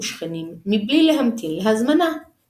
תמרים, צימוקים, שקדים, אגוזים ועוגיות.